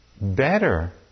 better